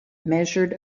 measured